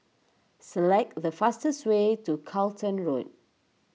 select the fastest way to Charlton Road